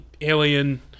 Alien